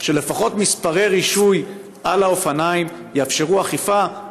שלפחות מספרי רישוי על האופניים יאפשרו אכיפה,